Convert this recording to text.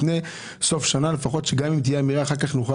לפחות לפני סוף שנה תהיה אמירה ואחר כך נוכל